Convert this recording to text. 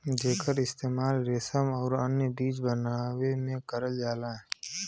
जेकर इस्तेमाल रेसम आउर अन्य चीज बनावे में करल जाला